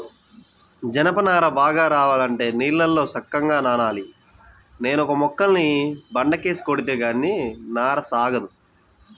జనప నార బాగా రావాలంటే నీళ్ళల్లో సక్కంగా నానాలి, నానేక మొక్కల్ని బండకేసి కొడితే గానీ నార సాగదు